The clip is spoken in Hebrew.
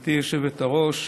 גברתי היושבת-ראש,